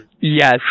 Yes